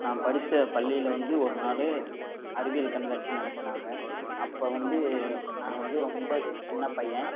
நான் படித்த பள்ளியில் வந்து ஒரு நாள் அறிவியல் கண்காட்சி நடத்துனாங்க அப்போ வந்து நான் வந்து ரொம்ப சின்ன பையன்